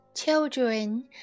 children